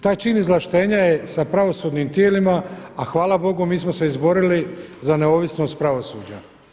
Taj čin izvlaštenja je sa pravosudnim tijelima, a hvala Bogu mi smo se izborili za neovisnost pravosuđa.